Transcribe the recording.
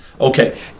Okay